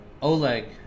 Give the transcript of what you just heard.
Oleg